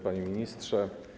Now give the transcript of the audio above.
Panie Ministrze!